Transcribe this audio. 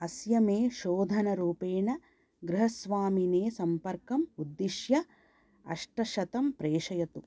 अस्य मे शोधनरुपेण गृहस्वामिने सम्पर्कम् उद्दिश्य अष्ट शतं प्रेषयतु